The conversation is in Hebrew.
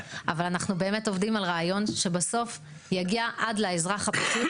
אבל אנחנו באמת עובדים על הרעיון שבסוף יגיע עד לאזרח הפשוט,